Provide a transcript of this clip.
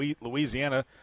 Louisiana